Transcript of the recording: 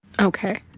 Okay